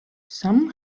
some